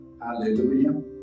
Hallelujah